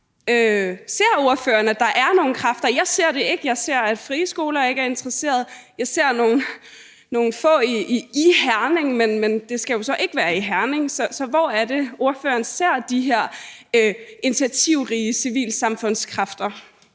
Ser ordføreren, at der er nogle kræfter? Jeg ser det ikke. Jeg ser, at de frie skoler ikke er interesserede. Jeg ser nogle få i Herning, men det skal jo så ikke være i Herning. Så hvor er det ordføreren ser de her initiativrige civilsamfundskræfter?